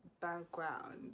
background